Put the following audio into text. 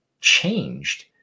changed